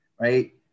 Right